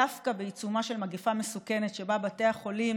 דווקא בעיצומה של מגפה מסוכנת שבה בתי החולים